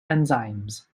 enzymes